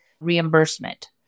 reimbursement